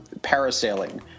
parasailing